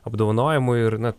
apdovanojimų ir na